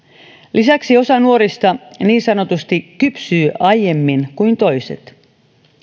lisäksi osa nuorista niin sanotusti kypsyy aiemmin kuin toiset